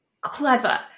clever